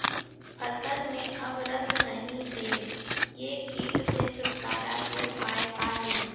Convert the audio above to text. फसल में अब रस नही हे ये किट से छुटकारा के उपाय का हे?